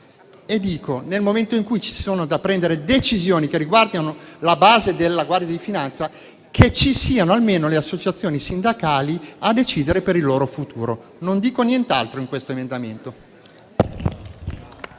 Nel momento in cui ci sono da prendere decisioni che riguardano la base della Guardia di finanza, chiedo che ci siano almeno le associazioni sindacali a decidere per il loro futuro. Non dico nient'altro in questo emendamento.